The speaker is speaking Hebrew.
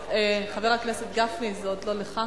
חבר הכנסת גפני, זה עוד לא לך.